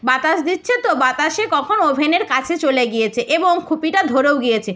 বাতাস দিচ্ছে তো বাতাসে কখন ওভেনের কাছে চলে গিয়েছে এবং খুপিটা ধরেও গিয়েছে